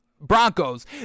Broncos